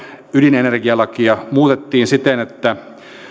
ydinenergialakia muutettiin siten että